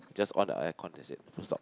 just on the air con that's it full stop